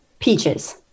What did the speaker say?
Peaches